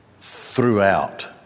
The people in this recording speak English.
throughout